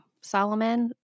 Solomon